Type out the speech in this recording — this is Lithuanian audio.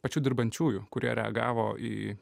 pačių dirbančiųjų kurie reagavo į